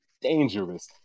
dangerous